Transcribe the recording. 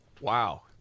Wow